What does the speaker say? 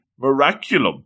Miraculum